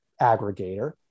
aggregator